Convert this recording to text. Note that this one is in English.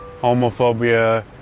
homophobia